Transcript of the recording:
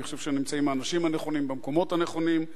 אני חושב שנמצאים האנשים הנכונים במקומות הנכונים,